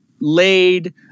laid